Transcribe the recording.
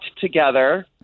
together